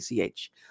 ACH